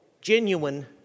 genuine